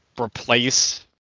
replace